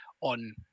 on